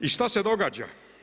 I šta se događa?